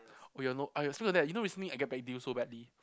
oh you want know I also like that you know recently I get back deal so badly